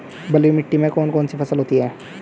बलुई मिट्टी में कौन कौन सी फसल होती हैं?